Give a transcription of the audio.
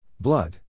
blood